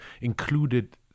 included